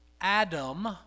Adam